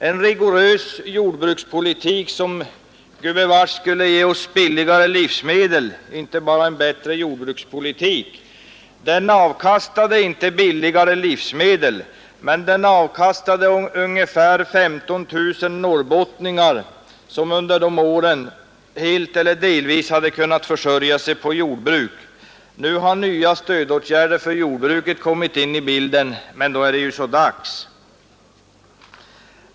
En rigorös jordbrukspolitik, som gubevars skulle ge oss billigare livsmedel och inte bara en bättre jordbrukspolitik, avkastade inte billigare livsmedel, men den avkastade ungefär 15 000 norrbottningar som tidigare helt eller delvis kunde försörja sig på jordbruk. Nu har nya stödåtgärder kommit in i bilden, men nu är det så dags.